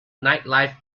nightlife